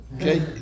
Okay